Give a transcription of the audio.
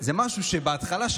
זה משהו שבהתחלה,